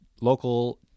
local